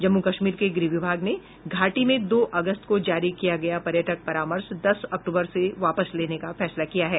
जम्मू कश्मीर के गृह विभाग ने घाटी में दो अगस्त को जारी किया गया पर्यटक परामर्श दस अक्टूबर से वापस लेने का फैसला किया है